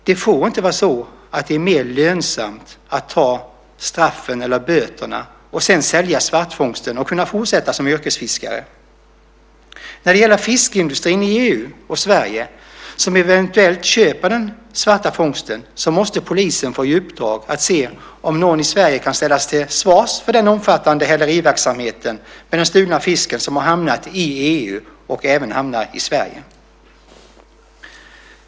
Det får inte vara så att det är mer lönsamt att ta straffen eller böterna och sedan sälja svartfångsten och kunna fortsätta som yrkesfiskare. När det gäller fiskindustrin i EU och Sverige som eventuellt köper den svarta fångsten måste polisen få i uppdrag att se om någon i Sverige kan ställas till svars för den omfattande häleriverksamheten med den stulna fisken som har hamnat i EU och även i Sverige.